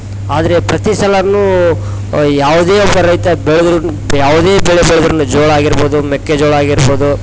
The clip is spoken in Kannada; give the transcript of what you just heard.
ಆದರೆ ಪ್ರತಿಸಲ ಯಾವುದೇ ಒಬ್ಬ ರೈತ ಬೆಳ್ದ್ರುನು ಯಾವುದೇ ಬೆಳೆ ಬೆಳೆದ್ರು ಜೋಳ ಆಗಿರ್ಬೋದು ಮೆಕ್ಕೆಜೋಳ ಆಗಿರ್ಬೋದು